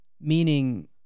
meaning